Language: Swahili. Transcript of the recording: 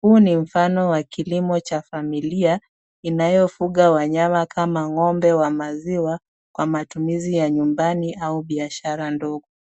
Huu ni mfano wa kilimo cha familia inayofuga wanyama kama ng'ombe wa maziwa, kwa matumizi ya nyumbani au biashara ndogo.